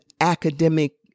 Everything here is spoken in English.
academic